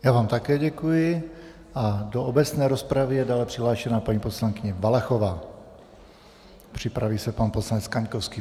Já vám také děkuji a do obecné rozpravy je dále přihlášena paní poslankyně Valachová a připraví se pan poslanec Kaňkovský.